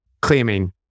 claiming